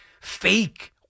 fake